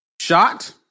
Shot